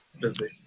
busy